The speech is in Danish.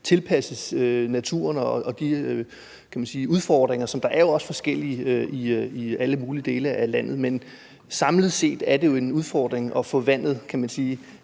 tilpasses naturen og de udfordringer, som jo også er forskellige i alle mulige dele af landet. Men samlet set er det jo en udfordring at få vandet